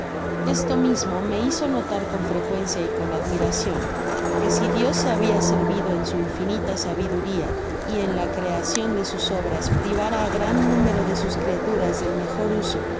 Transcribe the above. esto mismo me hizo notar con frecuencia y con admiracion que si dios se habia servido en su infinita sabiduria y en la creacion de sus obras privar á gran número de sus criaturas del mejor uso